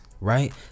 right